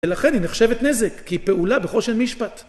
ולכן היא נחשבת נזק, כי היא פעולה בחושן משפט.